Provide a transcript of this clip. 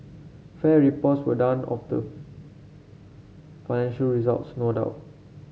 fair reports were done of the financial results no doubt